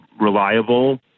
reliable